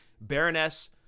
Baroness